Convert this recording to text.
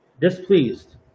displeased